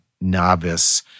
novice